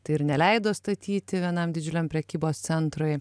tai ir neleido statyti vienam didžiuliam prekybos centrui